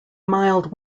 mild